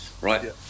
Right